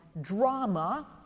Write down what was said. drama